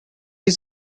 was